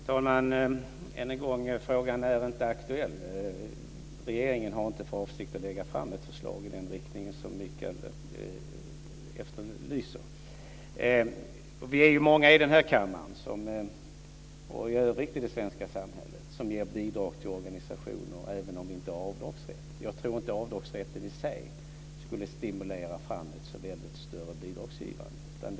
Fru talman! Än en gång är svaret att frågan inte är aktuell. Regeringen har inte för avsikt att lägga fram ett förslag i den riktning som Mikael Oscarsson efterlyser. Vi är många här i kammaren och i svenska samhället i övrigt som ger bidrag till organisationer även om vi inte har avdragsrätt. Jag tror inte att avdragsrätten i sig skulle stimulera fram ett så mycket större bidragsgivande.